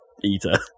eater